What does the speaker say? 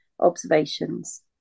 observations